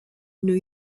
new